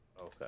Okay